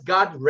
God